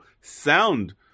sound